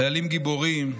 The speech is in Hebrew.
חיילים גיבורים,